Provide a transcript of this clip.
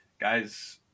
Guy's